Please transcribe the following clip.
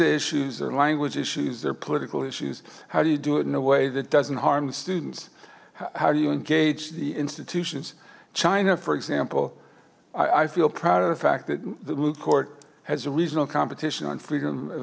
issues or language issues there political issues how do you do it in a way that doesn't harm the students how do you engage the institutions china for example i feel proud of the fact that the blue court has a regional competition on freedom of